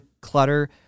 clutter